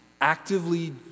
Actively